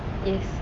yes